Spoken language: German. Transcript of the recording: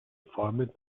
formen